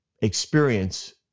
experience